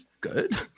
good